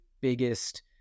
biggest